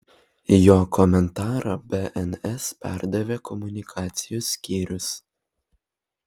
jo komentarą bns perdavė komunikacijos skyrius